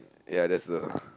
ya that's the